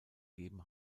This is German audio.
gegeben